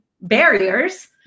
barriers